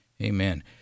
amen